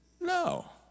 no